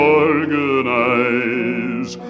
organize